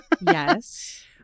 Yes